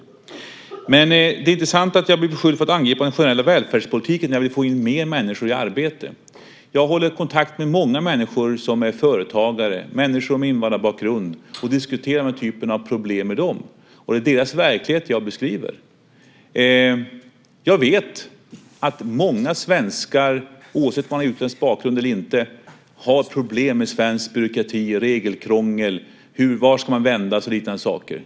Det är intressant att jag blir beskylld för att angripa den generella välfärdspolitiken när jag vill få in mer människor i arbete. Jag håller kontakt med många människor som är företagare, människor med invandrarbakgrund, och diskuterar den här typen av problem med dem, och det är deras verklighet jag beskriver. Jag vet att många svenskar, oavsett om man har utländsk bakgrund eller inte, har problem med svensk byråkrati och regelkrångel, vart man ska vända sig och liknande saker.